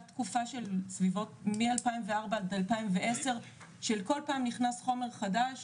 תקופה מ- 2004 עד 2010 שכל פעם נכנס חומר חדש